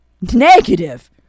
negative